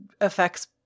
affects